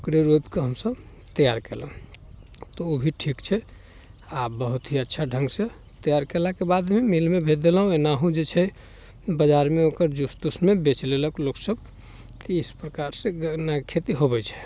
ओकरे रोपिकऽ हमसब तैआर केलहुँ तऽ ओ भी ठीक छै आओर बहुत ही अच्छा ढङ्गसँ तैयार कएलाके बादमे मिलमे भेज देलहुँ एनाहु जे छै बजारमे ओकर जूस तूसमे बेच लेलक लोकसब तऽ इस प्रकारसँ गन्नाके खेती होबै छै